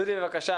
דודי בבקשה.